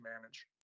manage